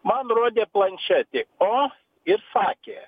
man rodė planšetė o ir sakė